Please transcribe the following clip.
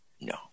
No